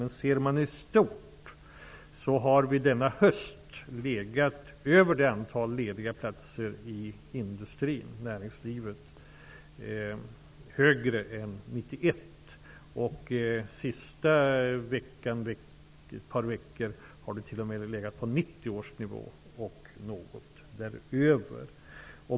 Men om man ser i stort har siffran för lediga platser i industrin och näringslivet denna höst legat högre än 1991. De senaste veckorna har siffran t.o.m. legat på 1990 års nivå och något högre.